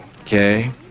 Okay